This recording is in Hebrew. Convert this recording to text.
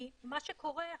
כי מה שקורה,